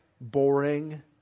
boring